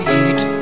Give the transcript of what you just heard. eat